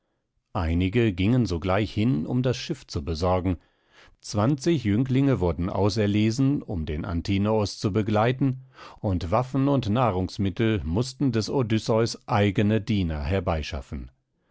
einige gingen sogleich hin um das schiff zu besorgen zwanzig jünglinge wurden auserlesen um den antinoos zu begleiten und waffen und nahrungsmittel mußten des odysseus eigene diener herbeischaffen